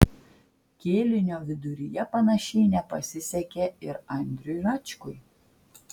kėlinio viduryje panašiai nepasisekė ir andriui račkui